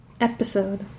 episode